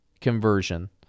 conversion